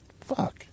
Fuck